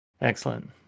Excellent